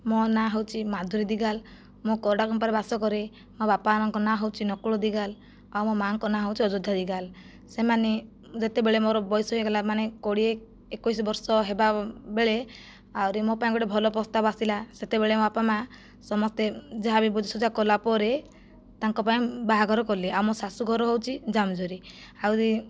ମୋ ନାଁ ହେଉଛି ମଧୁରୀ ଦିଗାଲ ମୁଁ କୋଡ଼ାକମ୍ପାରେ ବାସ କରେ ମୋ ବାପାଙ୍କ ନାଁ ହେଉଛି ନକୁଳ ଦିଗାଲ ଆଉ ମୋ ମାଙ୍କ ନାଁ ହେଉଛି ଅଯୋଧ୍ୟା ଦିଗାଲ ସେମାନେ ଯେତେବେଳେ ମୋର ବୟସ ହୋଇଗଲା ମାନେ କୋଡ଼ିଏ ଏକୋଇଶ ବର୍ଷ ହେବା ବେଳେ ଆହୁରି ମୋ ପାଇଁ ଗୋଟିଏ ଭଲ ପ୍ରସ୍ତାବ ଆସିଲା ସେତେବେଳେ ମୋ ବାପା ମା ସମସ୍ତେ ଯାହା ବି ବୁଝା ସୁଝା କଲା ପରେ ତାଙ୍କ ପାଇଁ ବାହାଘର କଲି ଆଉ ମୋ ଶାଶୁ ଘର ହେଉଛି ଯାମଝରି ଆହୁରି